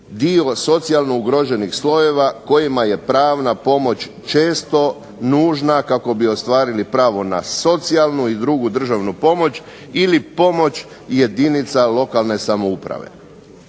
dio socijalno ugroženih slojeva kojima je pravna pomoć često nužna kako bi ostvarili pravo na socijalnu i drugi državnu pomoć ili pomoć jedinica lokalne samouprave.